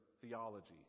theology